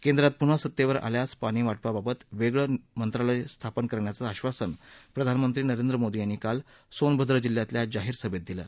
केंद्रात पुन्हा सत्तेवर आल्यास पाणीवाटपाबाबत वेगळं मंत्रालय स्थापन करण्याचं आश्वासन प्रधानमंत्री नरेंद्र मोदी यांनी काल सोनभद्र जिल्ह्यातल्या जाहीर सभेत दिलं